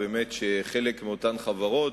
שחלק מעובדי אותן חברות,